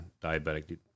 diabetic